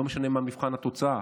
לא משנה מה מבחן התוצאה,